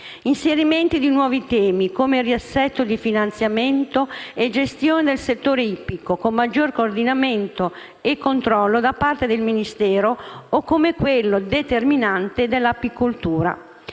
inseriti nuovi temi, come il riassetto di finanziamento e gestione del settore ippico con maggiore coordinamento e controllo da parte del Ministero o come quello, determinante, dell'apicoltura.